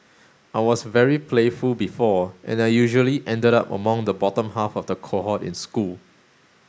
I was very playful before and I usually ended up among the bottom half of the cohort in school